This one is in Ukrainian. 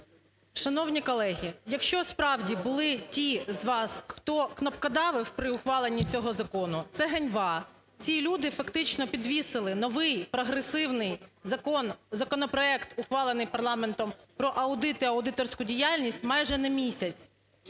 Шановні колеги! Якщо справді були ті з вас, хто кнопкодави, при ухваленні цього закону – це ганьба. Ці люди фактично підвісили новий прогресивний законопроект, ухвалений парламентом, про аудит і аудиторську діяльність майже на місяць.